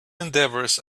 endeavors